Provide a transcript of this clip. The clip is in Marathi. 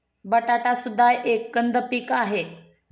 बटाटा सुद्धा एक कंद पीक आहे